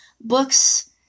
books